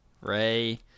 Ray